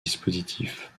dispositif